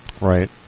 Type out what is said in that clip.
Right